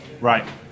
Right